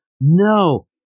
no